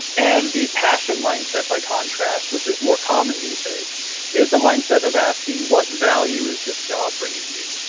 and the passion mindset by contrast which is more common these days is the mindset of asking what value is this job bringing me,